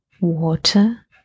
water